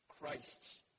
Christ's